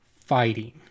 fighting